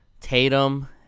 Tatum